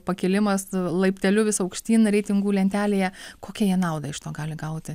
pakilimas laipteliu vis aukštyn reitingų lentelėje kokią jie naudą iš to gali gauti